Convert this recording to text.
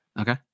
Okay